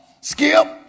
Skip